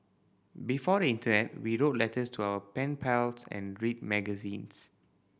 before the Internet we wrote letters to our pen pals and read magazines